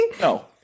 No